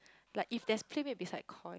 like if there's PlayMade beside Koi